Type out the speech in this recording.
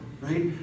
right